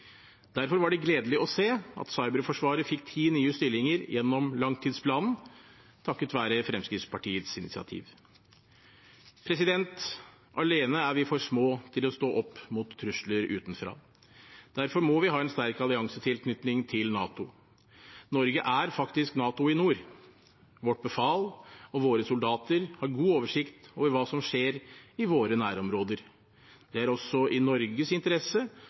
Derfor var det gledelig å se at cyberforsvaret fikk ti nye stillinger gjennom langtidsplanen, takket være Fremskrittspartiets initiativ. Alene er vi for små til å stå opp mot trusler utenfra. Derfor må vi ha en sterk alliansetilknytning til NATO. Norge er faktisk NATO i nord. Vårt befal og våre soldater har god oversikt over hva som skjer i våre nærområder. Det er også i Norges interesse